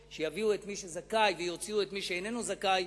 שיביאו את מי שזכאי ויוציאו את מי שאיננו זכאי,